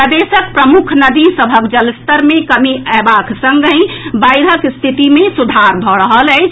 प्रदेशक प्रमुख नदी सभक जलस्तर मे कमी अएबाक संगहि बाढ़िक स्थिति मे सुधार भऽ रहल अछि